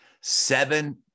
seven